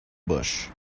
bush